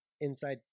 inside